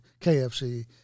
KFC